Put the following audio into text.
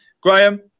graham